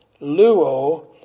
Luo